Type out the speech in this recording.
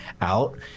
out